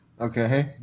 Okay